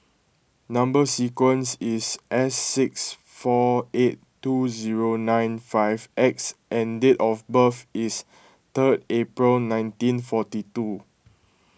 Number Sequence is S six four eight two zero nine five X and date of birth is third April nineteen forty two